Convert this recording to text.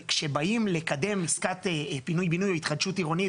כשבאים לקדם עסקת פינוי בינוי או התחדשות עירונית,